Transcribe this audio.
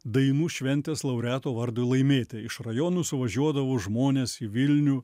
dainų šventės laureato vardui laimėti iš rajonų suvažiuodavo žmonės į vilnių